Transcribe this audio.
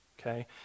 okay